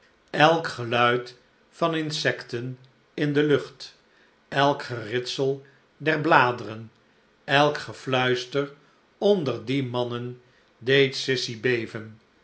eik geluid van insekten in de lucht elk geritsel der bladeren elk gefluister onder die mannen deed sissy beven